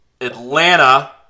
Atlanta